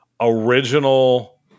original